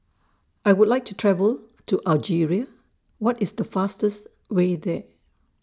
I Would like to travel to Algeria What IS The fastest Way There